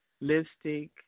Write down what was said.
lipstick